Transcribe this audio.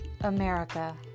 America